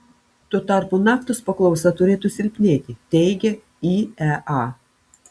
tuo tarpu naftos paklausa turėtų silpnėti teigia iea